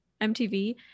mtv